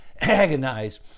Agonize